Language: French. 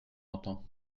entend